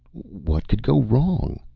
what could go wrong?